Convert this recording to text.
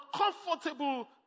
uncomfortable